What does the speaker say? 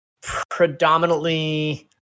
Predominantly